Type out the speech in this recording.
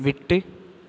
விட்டு